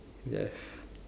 yes